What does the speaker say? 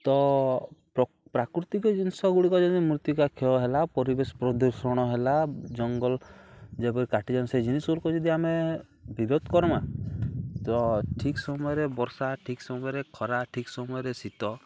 ତ ପ୍ରାକୃତିକ ଜିନିଷ ଗୁଡ଼ିକ ଯଦି ମୂର୍ତ୍ତିକା କ୍ଷୟ ହେଲା ପରିବେଶ ପ୍ରଦୂଷଣ ହେଲା ଜଙ୍ଗଲ ଯେପରି କାଟିଛନ୍ ସେ ଜିନିଷ୍ଗୁଡ଼ିକ ଯଦି ଆମେ ବିରୋଧ୍ କର୍ମା ତ ଠିକ୍ ସମୟରେ ବର୍ଷା ଠିକ୍ ସମୟରେ ଖରା ଠିକ୍ ସମୟରେ ଶୀତ